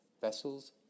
vessels